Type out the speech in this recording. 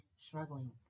struggling